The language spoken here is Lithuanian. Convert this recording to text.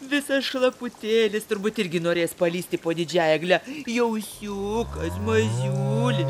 visas šlaputėlis turbūt irgi norės palįsti po didžiąja egle jaučiukas mažiulis